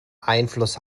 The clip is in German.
einfluss